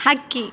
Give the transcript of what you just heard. ಹಕ್ಕಿ